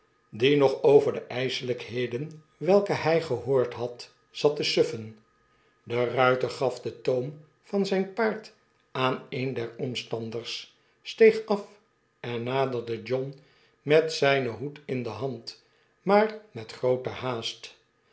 die nog over de yselykheden welke hy gehoord had zat te suffen de ruiter gaf den toom van zyn paard aan een der omstanders steeg af en naaerde john met zynen hoed in de hand maar met groote haast